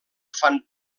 fan